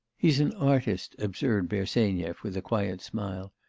he's an artist observed bersenyev with a quiet smile.